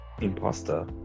Imposter